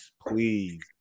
please